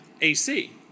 AC